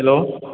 hello